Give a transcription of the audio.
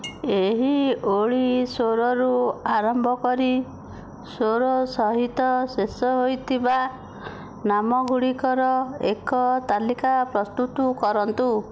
ଏହି ଓଳି ସ୍ୱରରୁ ଆରମ୍ଭ କରି ସ୍ୱର ସହିତ ଶେଷ ହୋଇଥିବା ନାମଗୁଡ଼ିକର ଏକ ତାଲିକା ପ୍ରସ୍ତୁତ କରନ୍ତୁ